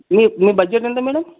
మీ మీ బడ్జెట్ ఎంత మేడం